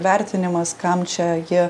vertinimas kam čia jie